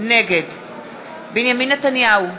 נגד בנימין נתניהו,